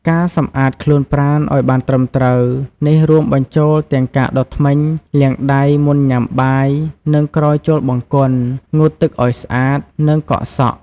ការសម្អាតខ្លួនប្រាណឲ្យបានត្រឹមត្រូវ នេះរួមបញ្ចូលទាំងការដុសធ្មេញ លាងដៃមុនញ៉ាំបាយ និងក្រោយចូលបង្គន់ ងូតទឹកឱ្យស្អាត និងកក់សក់។